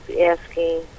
asking